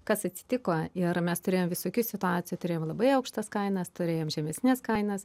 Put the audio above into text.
kas atsitiko ir mes turėjom visokių situacijų turėjom labai aukštas kainas turėjom žemesnes kainas